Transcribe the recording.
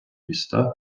міста